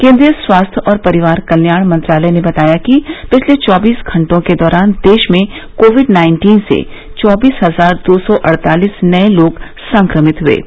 केन्द्रीय स्वास्थ्य और परिवार कल्याण मंत्रालय ने बताया कि पिछले चौबीस घंटों के दौरान देश में कोविड नाइन्टीन से चौबीस हजार दो सौ अड़तालीस नये लोग संक्रमित हुए हैं